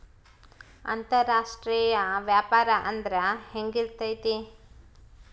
ಅಂತರಾಷ್ಟ್ರೇಯ ವ್ಯಾಪಾರ ಅಂದ್ರೆ ಹೆಂಗಿರ್ತೈತಿ?